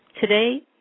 Today